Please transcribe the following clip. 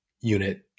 unit